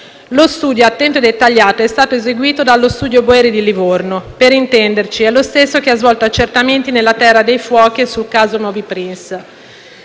Lo studio attento e dettagliato è stato eseguito dallo studio Boeri di Livorno. Per intenderci, è lo stesso che ha svolto accertamenti nella cosiddetta terra dei fuochi e sul caso Moby Prince.